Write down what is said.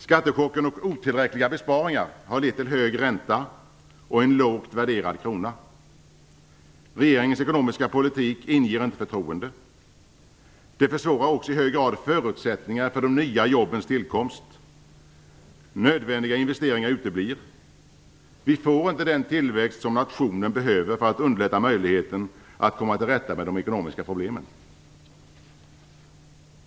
Skattechocken och otillräckliga besparingar har lett till hög ränta och en lågt värderad krona. Regeringens ekonomiska politik inger inte förtroende. Det försvårar också i hög grad förutsättningarna för de nya jobbens tillkomst. Nödvändiga investeringar uteblir. Vi får inte den tillväxt som nationen behöver för att underlätta möjligheterna att komma till rätta med de ekonomiska problemen.